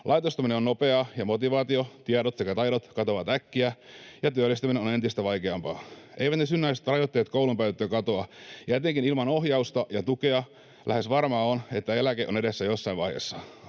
Laitostuminen on nopeaa, ja motivaatio, tiedot sekä taidot katoavat äkkiä ja työllistäminen on entistä vaikeampaa. Eivät ne synnynnäiset rajoitteet koulun päätyttyä katoa, ja etenkin ilman ohjausta ja tukea lähes varmaa on, että eläke on edessä jossain vaiheessa.